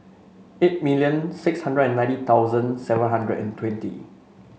eight million six hundred and ninety thousand seven hundred and twenty